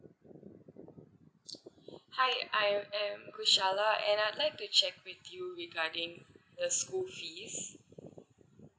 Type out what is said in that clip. hi I am gusara and I'd like to check with you regarding the school fees